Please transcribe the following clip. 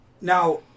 Now